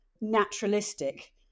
naturalistic